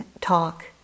talk